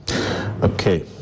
Okay